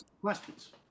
questions